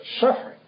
suffering